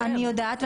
אני יודעת,